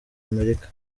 amerika